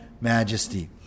majesty